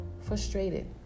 frustrated